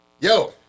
yo